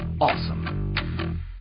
awesome